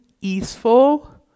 easeful